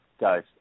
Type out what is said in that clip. guys